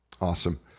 Awesome